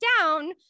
down